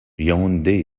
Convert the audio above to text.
yaoundé